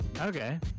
okay